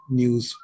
news